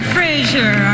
Frazier